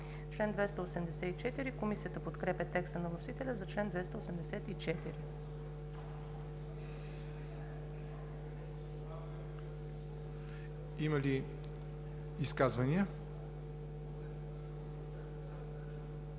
Има ли изказвания?